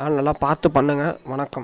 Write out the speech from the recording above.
அதனால் நல்லா பார்த்து பண்ணுங்கள் வணக்கம்